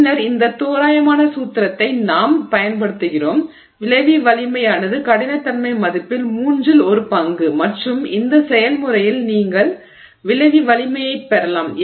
பின்னர் இந்த தோராயமான சூத்திரத்தை நாம் பயன்படுத்துகிறோம் விளைவி நெகிழ்வு வலிமையானது கடினத்தன்மை மதிப்பில் மூன்றில் ஒரு பங்கு மற்றும் இந்த செயல்முறையில் நீங்கள் விளைவி நெகிழ்வு வலிமையைப் பெறலாம்